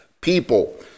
people